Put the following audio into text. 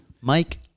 Mike